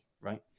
right